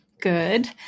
good